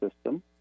system